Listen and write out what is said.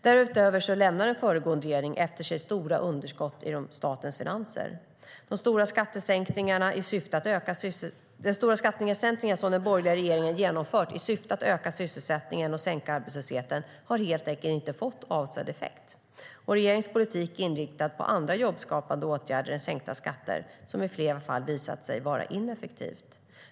Därutöver lämnade föregående regering efter sig stora underskott i statens finanser. De stora skattesänkningar som den borgerliga regeringen genomfört i syfte att öka sysselsättningen och minska arbetslösheten har helt enkelt inte fått avsedd effekt. Regeringens politik är inriktad på andra jobbskapande åtgärder än sänkta skatter, som i flera fall visat sig vara ineffektivt.